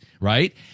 right